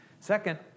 Second